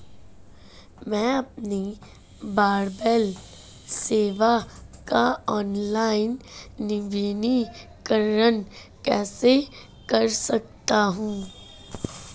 मैं अपनी ब्रॉडबैंड सेवा का ऑनलाइन नवीनीकरण कैसे कर सकता हूं?